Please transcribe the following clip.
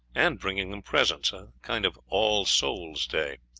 and bringing them presents a kind of all-souls-day.